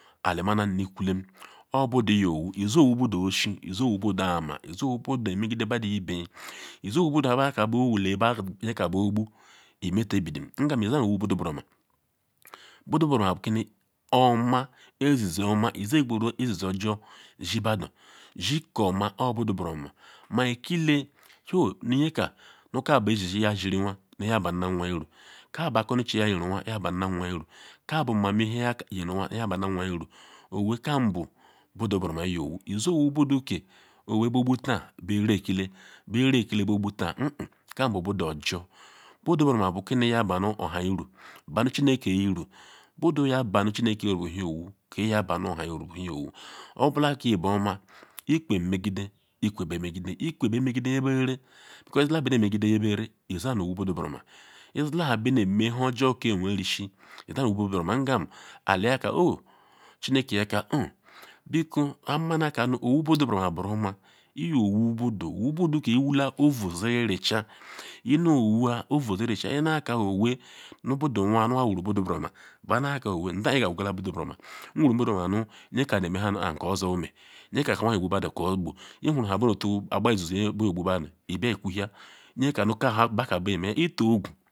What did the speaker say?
Ali marum nikule obu budu iyo iwu si owu budu oshen ize owu budu ama izo eu budu omegide budu euyi izo wu budu baka bewule behule nyeha beqbu imete biden nqa iz. Nu owu budu buruoma buduhuruoma bukini oma ezizioma iyo qweru ezizi ojor zibadu zikoma yabu budu buruoma ma ekile choi nu nyeka ka bu ezizi jiwa ziru anwa banu nu anwa uru ka akunuiche ya yeru nwa yebanina anwa uru ka bu nmamehe yayeru anwa yebanunu anwa uru owee nkabu budu buruoma owee beqbutaa be era ekile be era ekile be qbu taan hehen kabu budu ojor budu buruoma bu budu ka yebanu oha uru banu chinekeyi uru budu yabanu chinekeyi uru bu iyo owu ke yabanu oha uru iyo owu obula ki buoma nenme gide ikwe be megide nye berere because izila nu ha bene megide nye berere isa nu owu budu buru oma isa ha bene njor ke werisi idanu owu budu oma ngam ali yaka o chineke yaka 'o’ biko yahamanaka owu budu buruoma buruoma iyowu budu wu budu ke iwu ie ovu diri richa ino owua ovu diri richa ineka owee nu budu anwa nu anwa wuru budu buruoma naka owee nda kpo iyala owu budu buuroma inaka nyeka neme nhe nu kpa kanu so ome nyeka kanu nu yayogbu madu nkani so ogbu ihurunha bene otun ogba izizi ogbu badu ibe okwuhia nyeka ka bu nha be ka si bayeme itun oqu.